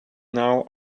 now